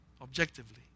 objectively